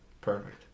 Perfect